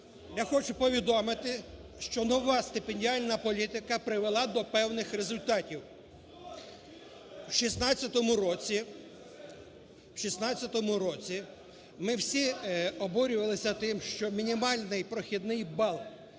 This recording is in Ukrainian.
я хочу повідомити, що нова стипендіальна політика привела до певних результатів. В 16 році ми всі обурювались тим, що мінімальний прохідний бал